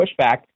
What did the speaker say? pushback